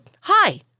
hi